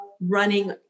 running